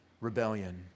rebellion